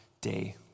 day